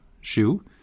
shoe